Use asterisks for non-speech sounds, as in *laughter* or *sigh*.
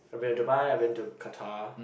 I've been to Dubai I've been *noise* to Qatar